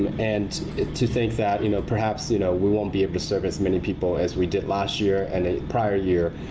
and to think that you know perhaps you know we won't be able to serve as many people as we did last year and prior year.